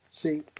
See